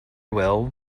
well